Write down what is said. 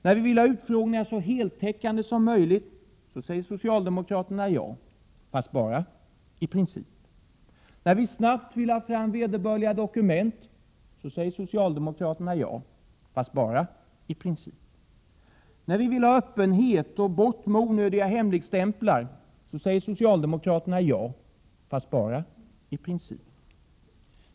När vi vill ha utfrågningar som är så heltäckande som möjligt, så säger socialdemokraterna ja, fast bara i princip. När vi snabbt vill ha fram vederbörliga dokument, så säger socialdemokraterna ja, fast bara i princip. När vi vill ha öppenhet och ta bort onödiga hemligstämplar, så säger socialdemokraterna ja, fast bara i princip.